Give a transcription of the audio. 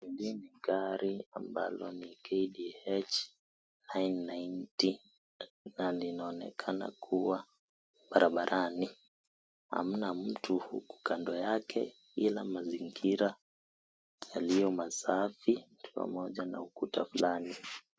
Hili ni gari ambalo ni KDH 990 na linaonekana kuwa barabarani , hamna mtu huku kando yake ila mazingira yaliyo masafi pamoja n aukuta fulani.